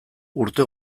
urte